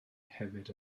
hefyd